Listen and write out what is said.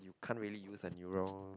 you can't really use a neural